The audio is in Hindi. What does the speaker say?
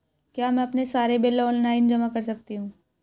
क्या मैं अपने सारे बिल ऑनलाइन जमा कर सकती हूँ?